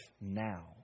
now